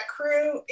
crew